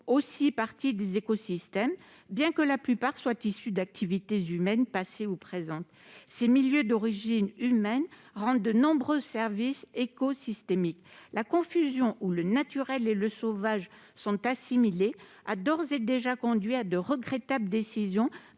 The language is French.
aussi partie des écosystèmes, bien que la plupart d'entre eux soient issus d'activités humaines passées ou présentes. Ces milieux d'origine humaine rendent de nombreux services écosystémiques. La confusion assimilant « naturel » et « sauvage » a d'ores et déjà conduit à de regrettables décisions